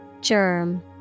Germ